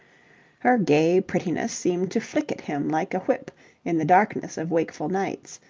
her gay prettiness seemed to flick at him like a whip in the darkness of wakeful nights,